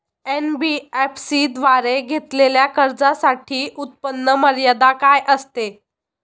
NBFC द्वारे घेतलेल्या कर्जासाठी उत्पन्न मर्यादा काय असते?